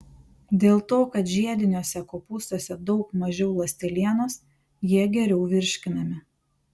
dėl to kad žiediniuose kopūstuose daug mažiau ląstelienos jie geriau virškinami